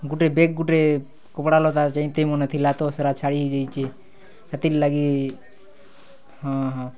ଗୁଟେ ବେଗ୍ ଗୁଟେ କପ୍ଡ଼ା ଲତା ଯାହିଁତାହିଁ ମାନେ ଥିଲା ତ ସେଟା ଛାଡ଼ି ହେଇଯାଇଛେ ହେଥିର୍ ଲାଗି ହଁ ହଁ